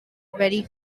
very